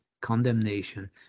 condemnation